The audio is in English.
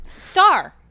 Star